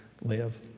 live